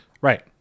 Right